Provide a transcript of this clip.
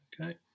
Okay